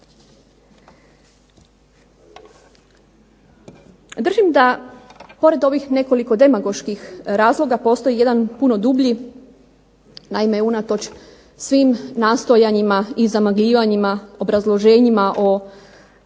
Držim da pored ovih nekoliko demagoških razloga postoji jedan puno dublji, naime unatoč svim nastojanjima i zamagljivanjima, obrazloženjima o